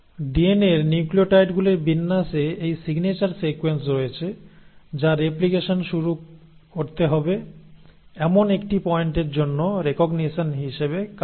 ডিএনএর নিউক্লিওটাইডগুলির বিন্যাসে এই সিগনেচার সিকোয়েন্স রয়েছে যা রেপ্লিকেশন শুরু করতে হবে এমন একটি পয়েন্টের জন্য রেকোগ্নিশন হিসাবে কাজ করে